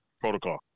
protocol